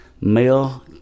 Male